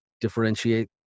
differentiate